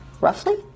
Roughly